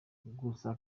gusa